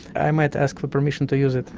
i might ask for permission to use it!